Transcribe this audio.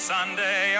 Sunday